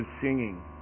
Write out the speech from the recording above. singing